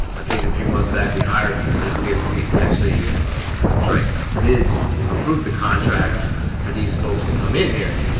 i think a few months back we fired we we actually that's right. did approve the contract for these folks to come in here.